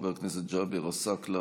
חבר הכנסת ג'אבר עסאקלה,